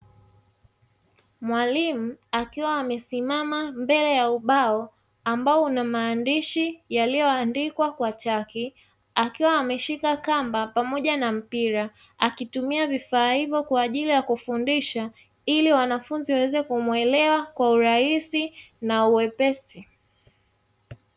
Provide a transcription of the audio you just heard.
Mwalimu akiwa amesimama mbele ya darasa ambao una maandishi yaliyoandikwa kwa chaki, akiwa ameshika kamba pamoja na mpira akitumia vifaa hivyo kwa ajili ya kufundisha ili wanafunzi waweze kumuelewa kwa urahisi na uwepesi.